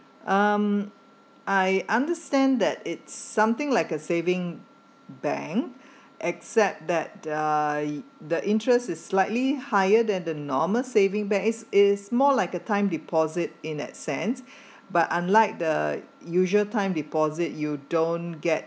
um I understand that it's something like a saving bank except that the the interest is slightly higher than the normal saving bank is is more like a time deposit in that sense but unlike the usual time deposit you don't get